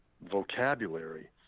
vocabulary